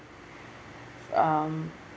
um